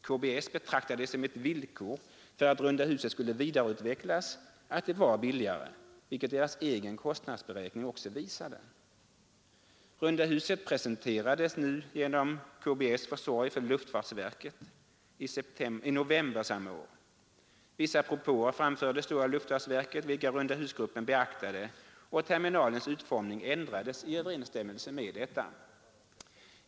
KBS betraktade det som ett villkor för att runda huset skulle vidareutvecklas att det var billigare, vilket deras egen kostnadsberäkning också visade att det skulle bli. Runda huset presenterades genom KBS': försorg för luftfartsverket i november samma år. Vissa propåer framfördes då av luftfartsverket, vilka rundahusgruppen beaktade, och terminalens utformning ändrades i överensstämmelse härmed.